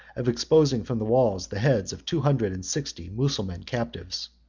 of exposing from the walls the heads of two hundred and sixty mussulman captives.